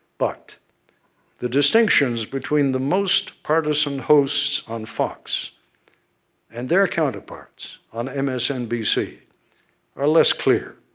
but the distinctions between the most partisan hosts on fox and their counterparts on msnbc are less clear.